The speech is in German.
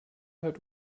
hat